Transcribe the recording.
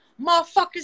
motherfuckers